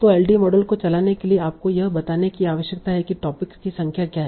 तो LDA model को चलाने के लिए आपको यह बताने की आवश्यकता है कि टॉपिक्स की संख्या क्या है